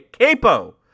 capo